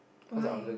why